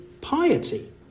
piety